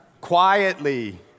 quietly